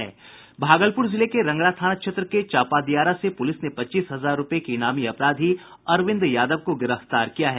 भागलपुर जिले के रंगरा थाना क्षेत्र के चापा दियारा से पुलिस ने पच्चीस हजार रूपये के इनामी अपराधी अरविंद यादव को गिरफ्तार किया है